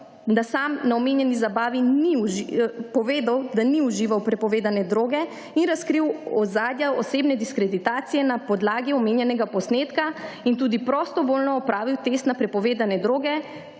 da sam na omenjeni zabavi ni užival prepovedne droge in razkril ozadja osebne diskreditacije na podlagi omenjenega posnetka in tudi prostovoljno opravil test na prepovedne droge,